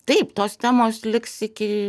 taip tos temos liks iki